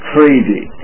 Crazy